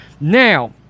Now